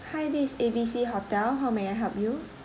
hi this is A B C hotel how may I help you